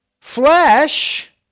flesh